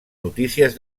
notícies